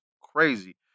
crazy